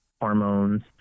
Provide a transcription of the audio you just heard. hormones